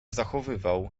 zachowywał